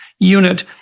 Unit